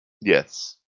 Yes